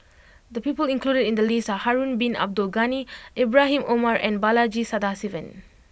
the people included in the list are Harun bin Abdul Ghani Ibrahim Omar and Balaji Sadasivan